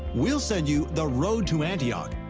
we'll send you the road to antioch,